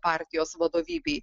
partijos vadovybei